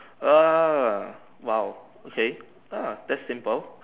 err !wow! okay ah that's simple